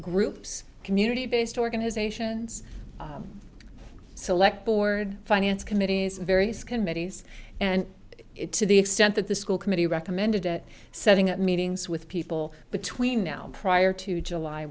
groups community based organizations select board finance committees various committees and it to the extent that the school committee recommended that setting up meetings with people between now prior to july